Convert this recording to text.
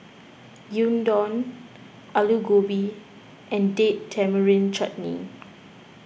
Gyudon Alu Gobi and Date Tamarind Chutney